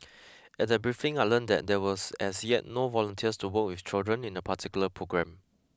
at that briefing I learnt that there was as yet no volunteers to work with children in a particular programme